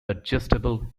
adjustable